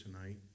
tonight